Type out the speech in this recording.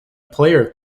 player